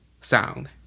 sound